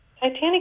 Titanic